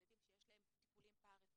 ילדים שיש להם טיפולים פרא-רפואיים,